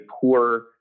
poor